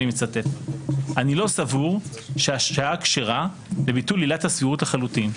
ואני מצטט: "אני לא סבור שהשעה כשרה לביטול עילת הסבירות לחלוטין,